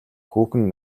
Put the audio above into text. хүүхэн